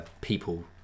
people